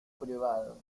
privados